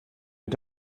mit